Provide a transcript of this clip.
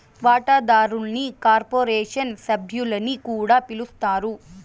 వాటాదారుల్ని కార్పొరేషన్ సభ్యులని కూడా పిలస్తారు